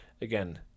Again